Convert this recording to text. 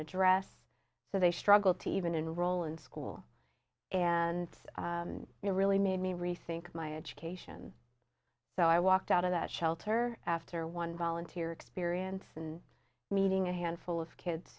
address so they struggled to even enroll in school and it really made me rethink my education so i walked out of that shelter after one volunteer experience and meeting a handful of kids